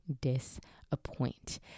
disappoint